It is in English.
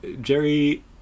Jerry